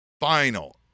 final